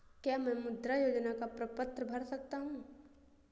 क्या मैं मुद्रा योजना का प्रपत्र भर सकता हूँ?